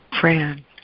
Fran